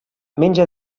menja